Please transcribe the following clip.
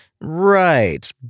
Right